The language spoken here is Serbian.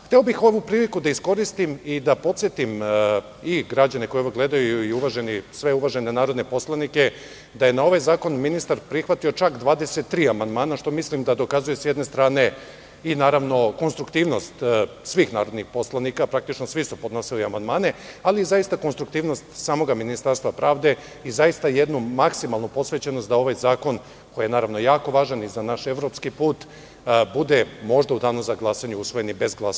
Hteo bih ovu priliku da iskoristim i da podsetim i građane koji ovo gledaju i sve uvažene narodne poslanike da je na ovaj zakon ministar prihvatio čak 23 amandmana, što mislim da dokazuje s jedne strane i naravno konstruktivnost svih narodnih poslanika, praktično svi su podnosili amandmane, ali zaista konstruktivnost samoga Ministarstva pravde i zaista jednu maksimalnu posvećenost da ovaj zakon, koji je naravno jako važan i za naš evropski put, bude možda u danu za glasanje usvojen i bez glasa protiv.